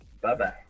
Bye-bye